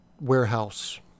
warehouse